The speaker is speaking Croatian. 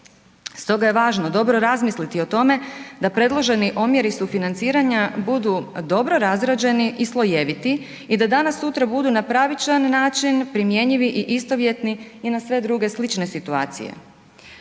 Stoga je važno dobro razmisliti o tome da predloženi omjeri sufinanciranja budu dobro razrađeni i slojeviti i da danas sutra budu na pravičan način primjenjivi i istovjetni … i na sve druge slične situacije.